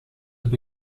heb